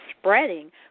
spreading